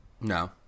No